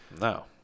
No